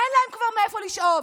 אין להם כבר מאיפה לשאוב.